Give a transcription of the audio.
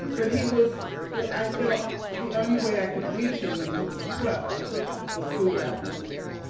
but he was but i felt the only way i could reach him when he was twelve was through rap music,